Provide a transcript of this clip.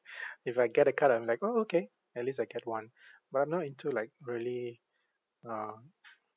if I get a card I'm like orh okay at least I get one but I'm not into like really uh